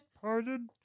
Pardon